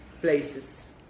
places